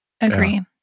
Agree